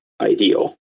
ideal